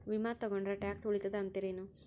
ವಿಮಾ ತೊಗೊಂಡ್ರ ಟ್ಯಾಕ್ಸ ಉಳಿತದ ಅಂತಿರೇನು?